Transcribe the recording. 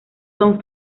son